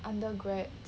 undergrad